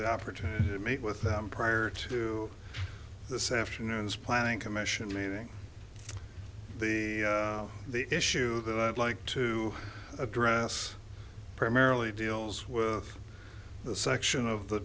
the opportunity to meet with them prior to this afternoon's planning commission meeting the the issue that i'd like to address primarily deals with the section of the